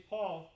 Paul